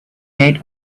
gate